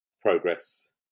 progress